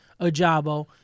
Ajabo